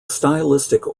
stylistic